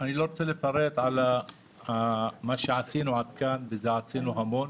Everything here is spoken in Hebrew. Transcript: אני לא רוצה לפרט מה עשינו עד כאן, ועשינו המון.